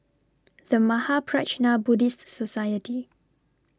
The Mahaprajna Buddhist Society